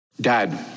Dad